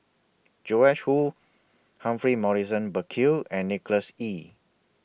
Joash Moo Humphrey Morrison Burkill and Nicholas Ee